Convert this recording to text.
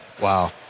Wow